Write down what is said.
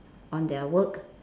on their work